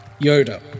yoda